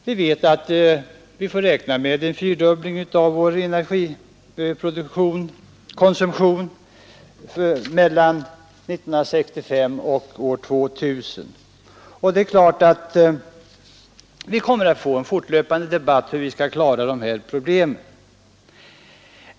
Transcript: Vi vet att vi får räkna med en fyrdubbling av vår energikonsumtion mellan år 1965 och år 2000, och det är klart att det kommer att föras en fortlöpande debatt om hur vi skall klara dessa problem.